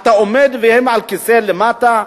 אתה עומד והם על כיסא למטה,